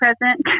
present